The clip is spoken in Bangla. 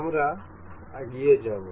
আমরা এগিয়ে যাব